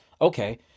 Okay